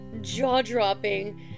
jaw-dropping